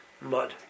mud